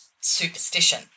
superstition